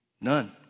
None